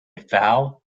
foul